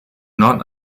not